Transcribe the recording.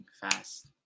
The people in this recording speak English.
fast